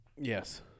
Yes